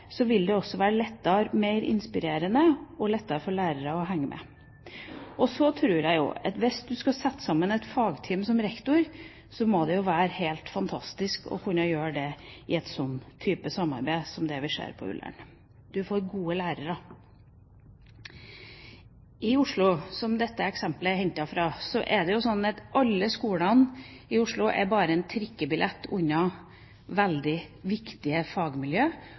Jeg tror at hvis man som rektor skal sette sammen et fagteam, må det være helt fantastisk å kunne gjøre det i en slik type samarbeid som det vi ser på Ullern. Man får gode lærere. I Oslo, som dette eksemplet er hentet fra, er det jo slik at alle skolene bare er en trikkebillett unna veldig viktige